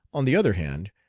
on the other hand,